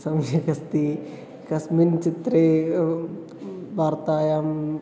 सम्यक् अस्ति कस्मिन् चित्रे वार्तायाम्